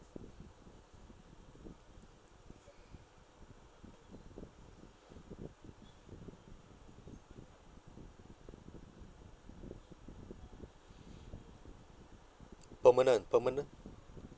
permanent permanent